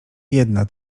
jedna